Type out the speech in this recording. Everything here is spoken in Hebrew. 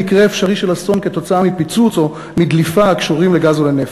מקרה אפשרי של אסון כתוצאה מפיצוץ או מדליפה הקשורים לגז או לנפט.